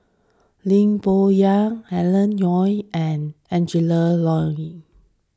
Lee Boon Yang Alan Oei and Angela Liong